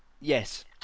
Yes